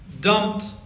dumped